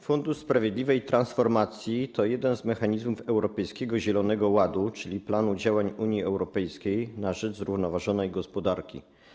Fundusz Sprawiedliwej Transformacji to jeden z mechanizmów Europejskiego Zielonego Ładu, czyli planu działań Unii Europejskiej na rzecz zrównoważonej gospodarki.